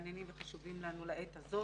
מעניינים וחשובים לנו לעת הזאת.